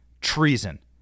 treason